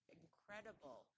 incredible